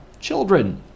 children